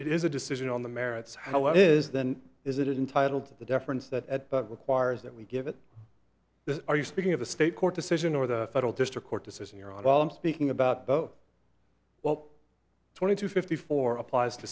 it is a decision on the merits how it is then is it in title to the deference that at but requires that we give it this are you speaking of the state court decision or the federal district court decision here at all i'm speaking about bow well twenty two fifty four applies to